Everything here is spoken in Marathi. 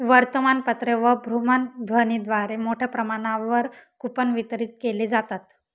वर्तमानपत्रे व भ्रमणध्वनीद्वारे मोठ्या प्रमाणावर कूपन वितरित केले जातात